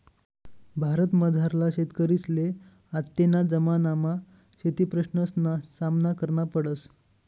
भारतमझारला शेतकरीसले आत्तेना जमानामा शेतीप्रश्नसना सामना करना पडस